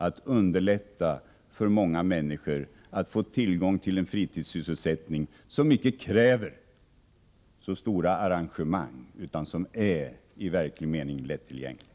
Den underlättar för många människor att få tillgång till en fritidssysselsättning, som inte kräver så stora arrangemang utan är i verklig mening lättillgänglig.